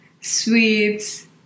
sweets